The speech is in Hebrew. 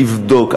לבדוק,